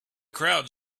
crowd